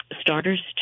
starters